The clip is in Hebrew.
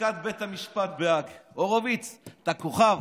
לפסיקת בית המשפט בהאג, הורוביץ, אתה כוכב,